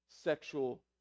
sexual